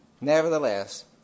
Nevertheless